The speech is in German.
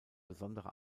besondere